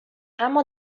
اما